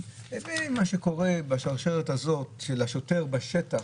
לבין מה שקורה בשרשרת הזאת של השוטר בשטח,